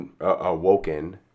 awoken